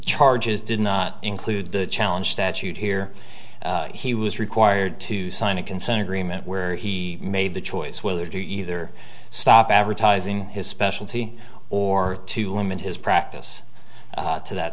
charges did not include the challenge statute here he was required to sign a consent agreement where he made the choice whether to either stop advertising his specialty or to limit his practice to that